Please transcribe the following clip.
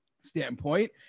standpoint